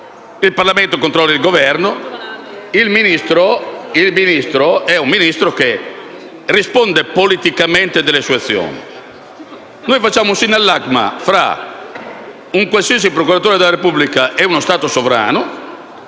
il Parlamento controlla il Governo e il Ministro deve rispondere politicamente delle sue azioni. Noi facciamo invece un sinallagma fra un qualsiasi procuratore della Repubblica e uno Stato sovrano